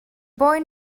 boy